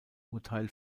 urteil